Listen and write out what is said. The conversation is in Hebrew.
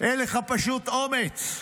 אין לך פשוט אומץ.